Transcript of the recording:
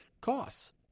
costs